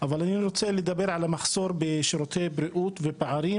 אבל אני רוצה לדבר על המחסור בשירותי בריאות ועל הפערים